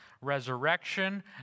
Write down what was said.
resurrection